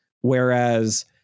Whereas